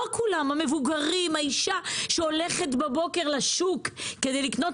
המבוגרים, האישה שהולכת בבוקר לשוק כדי לקנות